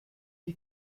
lee